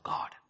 God